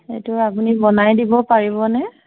সেইটো আপুনি বনাই দিব পাৰিবনে